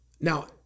Now